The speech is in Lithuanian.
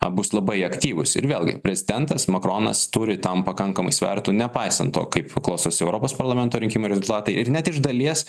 a bus labai aktyvūs ir vėlgi prezidentas makronas turi tam pakankamai svertų nepaisant to kaip klostosi europos parlamento rinkimų rezultatai ir net iš dalies